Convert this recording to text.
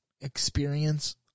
experience